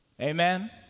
Amen